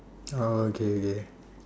oh okay okay